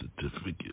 certificate